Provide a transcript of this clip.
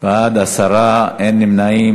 ענייני.